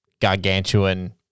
gargantuan